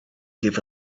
give